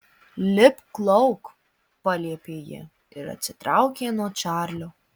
lipk lauk paliepė ji ir atsitraukė nuo čarlio